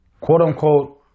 quote-unquote